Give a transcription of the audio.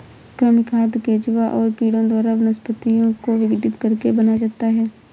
कृमि खाद केंचुआ और कीड़ों द्वारा वनस्पतियों को विघटित करके बनाया जाता है